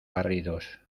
barridos